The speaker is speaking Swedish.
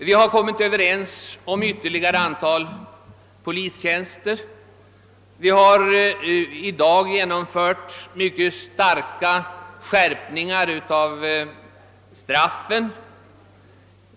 Vi har enats om ytterligare ett antal polistjänster, och vi har i dag beslutat om mycket kraftiga skärpningar av straffen.